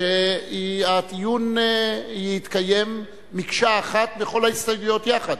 שהדיון יתקיים מקשה אחת בכל ההסתייגויות יחד,